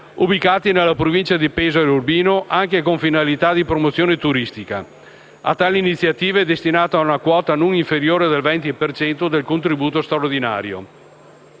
ubicati nella provincia di Pesaro e Urbino, anche con finalità di promozione turistica. A tali iniziative è destinata una quota non inferiore al 20 per cento del contributo straordinario